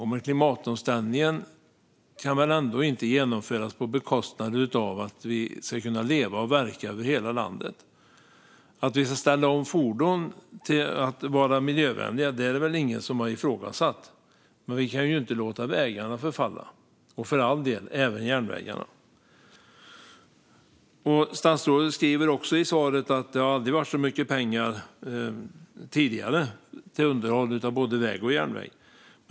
Men klimatomställningen kan väl ändå inte genomföras på bekostnad av att vi ska kunna leva och verka över hela landet? Att vi ska ställa om fordon till att vara miljövänliga är det ingen som har ifrågasatt, men vi kan ju inte låta vägarna eller för all del järnvägarna förfalla. Statsrådet säger också i svaret att det aldrig tidigare har varit så mycket pengar till underhåll av väg och järnväg.